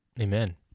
Amen